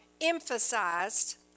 emphasized